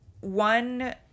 one